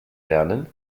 lernen